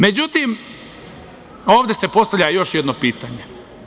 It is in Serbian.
Međutim, ovde se postavlja još jednu veliko pitanje.